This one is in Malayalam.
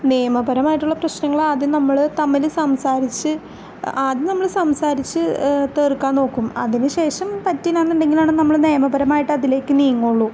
നിയമപരമായിട്ടുള്ള പ്രശ്നങ്ങളാദ്യം നമ്മള് തമ്മില് സംസാരിച്ച് ആദ്യം നമ്മള് സംസാരിച്ച് തീർക്കാൻ നോക്കും അതിന് ശേഷം പറ്റില്ല എന്നുടെങ്കിലാണ് നമ്മള് നിയമപരമായിട്ടതിലേക്ക് നീങ്ങുകയുള്ളു